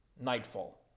nightfall